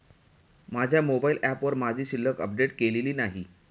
माझ्या मोबाइल ऍपवर माझी शिल्लक अपडेट केलेली नाही